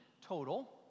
total